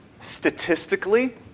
Statistically